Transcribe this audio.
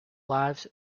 lives